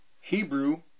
Hebrew